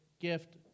gift